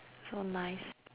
so nice